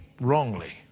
wrongly